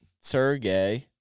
Sergey